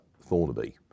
Thornaby